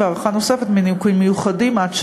והארכה נוספת מנימוקים מיוחדים עד שנה.